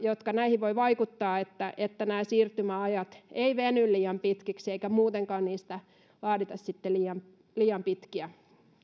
jotka näihin voivat vaikuttaa että että nämä siirtymäajat eivät veny liian pitkiksi eikä muutenkaan laadita niistä liian pitkiä